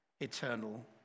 eternal